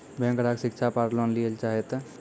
Bank ग्राहक शिक्षा पार लोन लियेल चाहे ते?